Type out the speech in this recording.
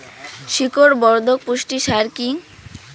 শিকড় বর্ধক পুষ্টি সার কি?